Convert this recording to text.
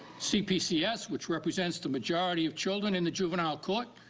see pcs which represents the majority of children in the juvenile court,